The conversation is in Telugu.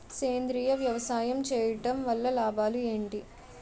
సేంద్రీయ వ్యవసాయం చేయటం వల్ల లాభాలు ఏంటి?